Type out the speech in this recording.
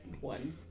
one